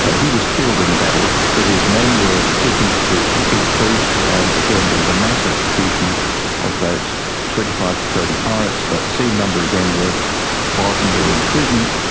ah he was killed in the battle, but his men were taken to the cape coast and again, there was a mass execution of about twenty five to thirty pirates, about the same number again were pardoned or imprisoned,